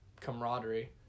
camaraderie